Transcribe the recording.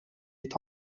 est